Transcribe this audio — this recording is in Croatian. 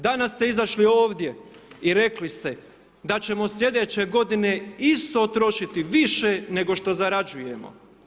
Danas ste izašli ovdje i rekli ste da ćemo slijedeće godine isto trošiti više, nego što zarađujemo.